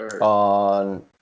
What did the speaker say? on